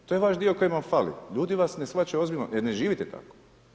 To je vaš dio koji vam fali, ljudi vas ne shvaćaju ozbiljno jer ne živite tako.